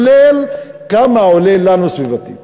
כולל כמה זה עולה לנו סביבתית.